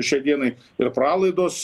šiai dienai ir pralaidos